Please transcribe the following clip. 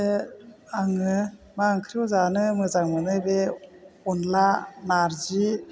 आङो मा ओंख्रिखौ जानो मोजां मोनो बे अनला नार्जि